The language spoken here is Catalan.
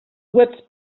webs